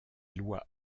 lois